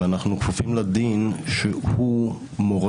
ואנחנו כפופים לדין שהוא מורה,